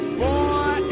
boy